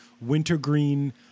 wintergreen